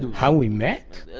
how we met?